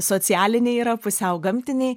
socialiniai yra pusiau gamtiniai